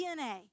DNA